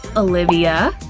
olivia.